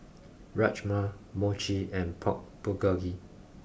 Rajma Mochi and Pork Bulgogi